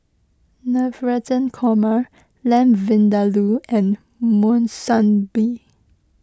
Navratan Korma Lamb Vindaloo and Monsunabe